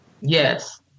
yes